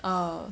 err